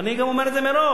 אני גם אומר את זה מראש,